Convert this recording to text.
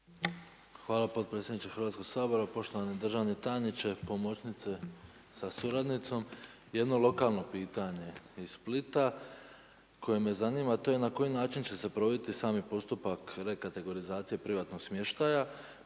Hvala potpredsjedniče Hrvatskog sabora. Poštovani državni tajniče, pomoćnice sa suradnicom. Jedno lokalno pitanje iz Splita, koje me zanima, a to je na koji način će se provoditi sami postupak rekategorizacije privatnog smještaja.